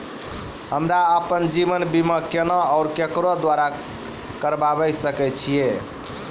हमरा आपन जीवन बीमा केना और केकरो द्वारा करबै सकै छिये?